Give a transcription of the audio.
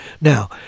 Now